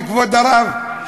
כבוד הרב?